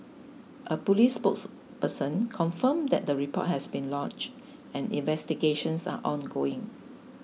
a police spokesperson confirmed that the report has been lodged and investigations are ongoing